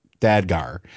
Dadgar